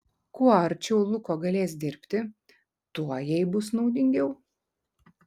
kuo arčiau luko galės dirbti tuo jai bus naudingiau